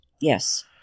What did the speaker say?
Yes